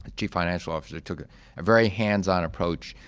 ah chief financial officer took a very hands-on approach.